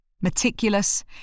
meticulous